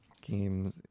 games